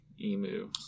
emu